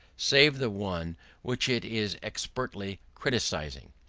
save the one which it is expressly criticising.